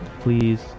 Please